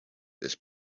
this